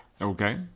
Okay